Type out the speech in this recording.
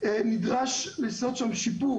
נדרש לעשות שם שיפור,